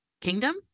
kingdom